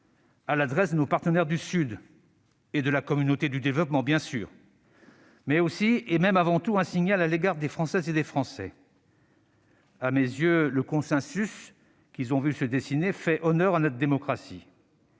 à l'adresse de nos partenaires du Sud et de la communauté du développement, bien sûr, mais aussi, et même avant tout, un signal à l'égard des Françaises et des Français. À mes yeux, le consensus qu'ils ont vu se dessiner fait honneur à notre démocratie.